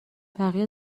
بقیه